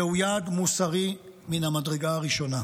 זהו יעד מוסרי מן המדרגה הראשונה.